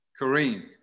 Kareem